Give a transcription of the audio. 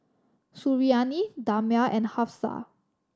Suriani Damia and Hafsa